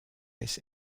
this